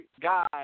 guys